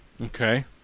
Okay